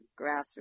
grassroots